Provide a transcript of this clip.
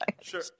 Sure